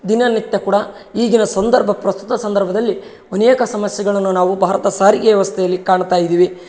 ದಿನನಿತ್ಯ ಕೂಡ ಈಗಿನ ಸಂದರ್ಭ ಪ್ರಸ್ತುತ ಸಂದರ್ಭದಲ್ಲಿ ಅನೇಕ ಸಮಸ್ಯೆಗಳನ್ನು ನಾವು ಭಾರತ ಸಾರಿಗೆ ವ್ಯವಸ್ಥೆಯಲ್ಲಿ ಕಾಣ್ತಾ ಇದೀವಿ